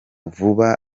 vuba